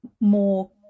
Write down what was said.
more